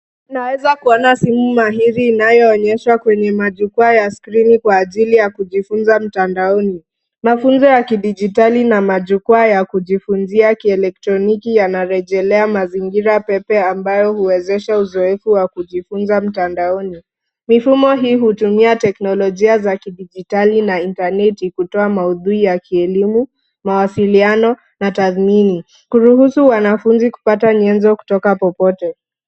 Tunaweza kuona simu mahiri inayoonyeshwa kwenye majukwaa ya skrini kwa ajili ya kujifunza mtandaoni, mafunzo ya kidijitali na majukwaa ya kujifunzia kielektroniki yanarejelea mazingira pepe ambayo huwezesha uzoefu wa kujifunza mtandaoni, mifumo hii hutumia teknolojia za kidijitali na intaneti kutoa maudhui ya kielimu, mawasiliano na tathmini, kuruhusu wanafunzi kupata nyenzo kutoka popote.